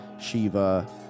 shiva